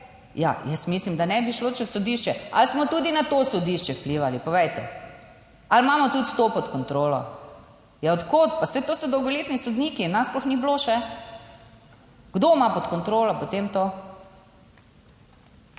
ja, jaz mislim, da ne bi šlo čez sodišče. Ali smo tudi na to sodišče vplivali, povejte? Ali imamo tudi to pod kontrolo? Ja, od kod pa? Saj to so dolgoletni sodniki. Nas sploh ni bilo še. Kdo ima pod kontrolo potem to?